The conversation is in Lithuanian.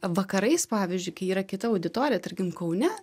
vakarais pavyzdžiui kai yra kita auditorija tarkim kaune